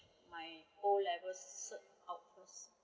my O level cert afterwards